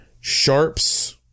Sharp's